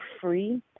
free